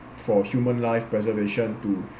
for human life preservation to